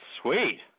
Sweet